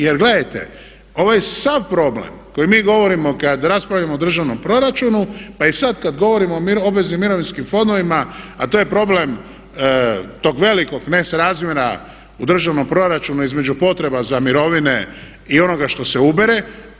Jer gledajte, ovaj sav problem koji mi govorimo kad raspravljamo o državnom proračunu, pa i sad kad govorimo o obveznim mirovinskim fondovima, a to je problem tog velikog nesrazmjera u državnom proračunu između potreba za mirovine i onoga što se ubere.